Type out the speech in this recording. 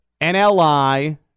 NLI